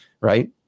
Right